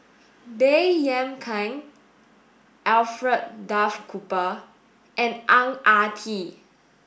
Baey Yam Keng Alfred Duff Cooper and Ang Ah Tee